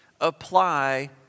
Apply